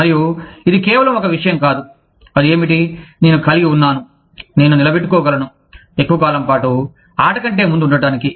మరియు ఇది కేవలం ఒక విషయం కాదు అది ఏమిటి నేను కలిగి ఉన్నాను నేను నిలబెట్టుకోగలను ఎక్కువ కాలం పాటు ఆట కంటే ముందు ఉండటానికి